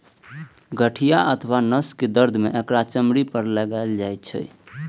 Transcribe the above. गठिया अथवा नसक दर्द मे एकरा चमड़ी पर लगाएल जाइ छै